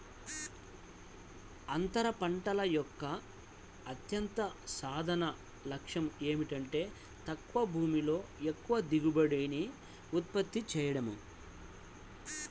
అంతర పంటల యొక్క అత్యంత సాధారణ లక్ష్యం ఏమిటంటే తక్కువ భూమిలో ఎక్కువ దిగుబడిని ఉత్పత్తి చేయడం